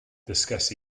dysgais